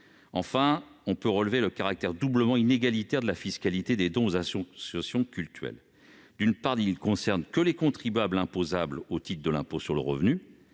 Enfin, on peut souligner le caractère doublement inégalitaire de la fiscalité des dons aux associations cultuelles. D'une part, celle-ci ne concerne que les contribuables imposables au titre de l'impôt sur le revenu,